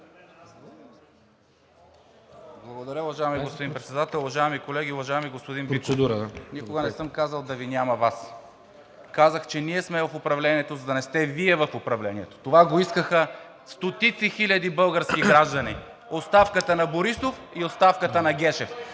Благодаря! Уважаеми господи Председател, уважаеми колеги! Уважаеми господин Биков, никога не съм казвал да Ви няма Вас. Казах, че ние сме в управлението, за да не сте Вие в управлението. Това го искаха стотици хиляди български граждани – оставката на Борисов и оставката на Гешев.